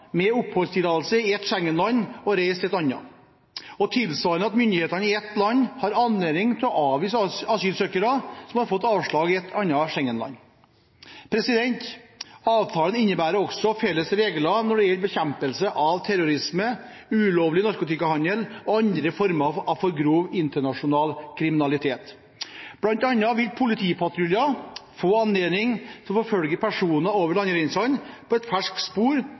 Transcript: med oppholdstillatelse i ett Schengen-land å reise til et annet, og tilsvarende at myndighetene i ett land har anledning til å avvise asylsøkere som har fått avslag i et annet Schengen-land. Avtalen innebærer også felles regler når det gjelder bekjempelse av terrorisme, ulovlig narkotikahandel og andre former for grov internasjonal kriminalitet. Blant annet vil politipatruljer få anledning til å forfølge personer over landegrensen på et ferskt spor